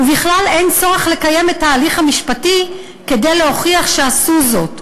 ובכלל אין צורך לקיים את ההליך המשפטי כדי להוכיח שעשו זאת,